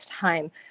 time